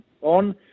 on